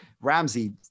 ramsey